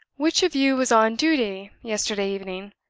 which of you was on duty yesterday evening,